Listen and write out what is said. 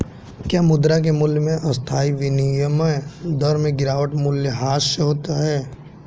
क्या मुद्रा के मूल्य में अस्थायी विनिमय दर में गिरावट मूल्यह्रास होता है?